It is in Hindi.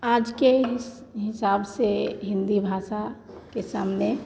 आज के हिस हिसाब से हिन्दी भाषा के सामने